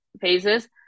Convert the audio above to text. phases